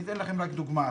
אני אתן לכם דוגמה.